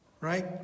right